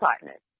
partners